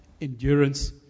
endurance